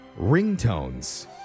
Ringtones